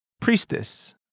Priestess